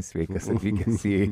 sveikas atvykęs į